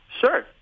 Sure